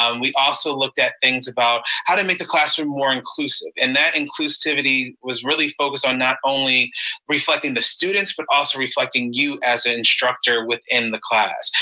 um we also looked at things about how to make the classroom more inclusive and that inclusivity was really focused on not only reflecting the students, but also reflecting you as instructor within the class.